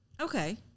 Okay